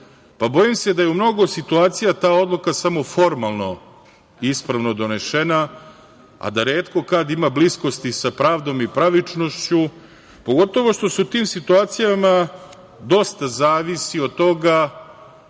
bojim se da je u mnogo situacija ta odluka samo formalno ispravno donesena, a da retko kada ima bliskosti sa pravdom i pravičnošću, pogotovo što se u tim situacijama dosta zavisi od toga